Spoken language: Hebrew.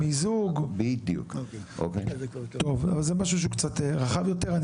טוב אז זה משהו קצת רחב יותר.